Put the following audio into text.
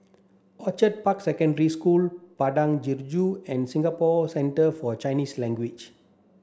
Orchid Park Secondary School Padang Jeringau and Singapore Centre For Chinese Language